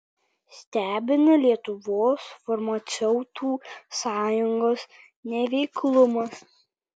stebina lietuvos farmaceutų sąjungos neveiklumas